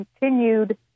continued